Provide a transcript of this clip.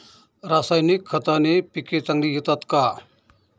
रासायनिक खताने पिके चांगली येतात का?